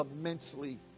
immensely